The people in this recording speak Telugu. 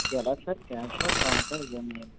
ఎలా సార్ క్యాషా కార్డా ఈఎంఐ